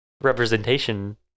representation